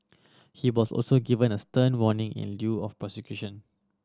he was also given a stern warning in lieu of prosecution